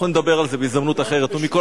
בשום פנים.